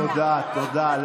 תודה, תודה.